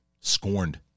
scorned